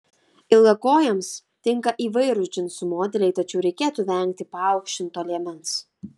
ilgakojėms tinka įvairūs džinsų modeliai tačiau reikėtų vengti paaukštinto liemens